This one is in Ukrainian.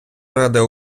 ради